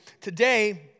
Today